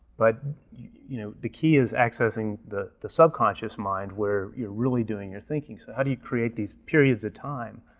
but you know the key is accessing the the subconscious mind where you're really doing your thinking. so how do you create these periods of time